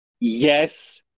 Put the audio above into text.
Yes